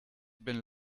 been